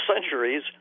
centuries